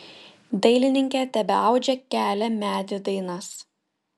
dailininkė tebeaudžia kelią medį dainas